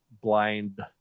blind